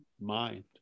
mind